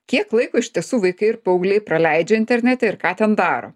kiek laiko iš tiesų vaikai ir paaugliai praleidžia internete ir ką ten daro